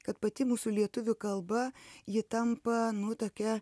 kad pati mūsų lietuvių kalba ji tampa nu tokia